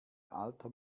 alter